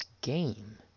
game